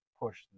push